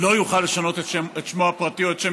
לא יוכל לשנות את שמו הפרטי או את שם